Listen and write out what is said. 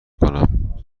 کنم